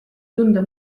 tunda